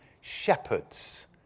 shepherds